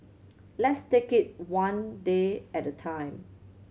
let's take it one day at a time